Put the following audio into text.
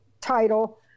title